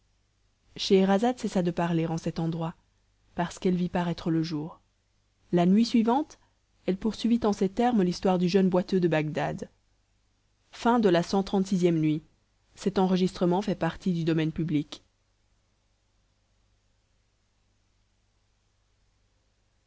scheherazade cessa de parler en cet endroit parce qu'elle vit paraître le jour la nuit suivante elle poursuivit en ces termes l'histoire du jeune boiteux de bagdad cxxxvii nuit